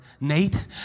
Nate